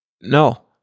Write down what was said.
No